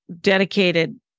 dedicated